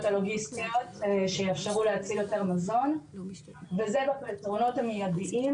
הלוגיסטיות שיאפשרו להציל יותר מזון וזה בפתרונות המיידיים,